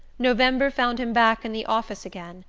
november found him back in the office again,